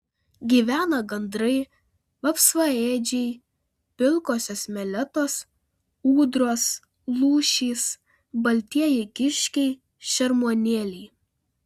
gyvena gandrai vapsvaėdžiai pilkosios meletos ūdros lūšys baltieji kiškiai šermuonėliai